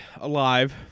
alive